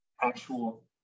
actual